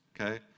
okay